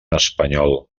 espanyol